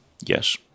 Yes